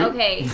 Okay